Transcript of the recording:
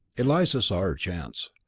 eliza saw her chance.